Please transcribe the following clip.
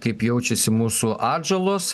kaip jaučiasi mūsų atžalos